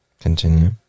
Continue